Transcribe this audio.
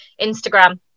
instagram